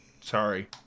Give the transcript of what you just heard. sorry